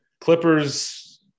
Clippers